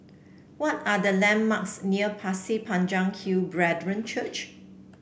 what are the landmarks near Pasir Panjang Hill Brethren Church